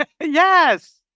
Yes